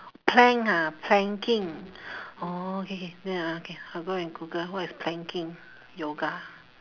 plank ah planking orh K K then ah K I'll go and google what is planking yoga